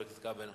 חבר הכנסת כבל.